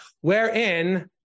wherein